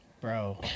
Bro